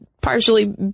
partially